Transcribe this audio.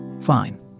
Fine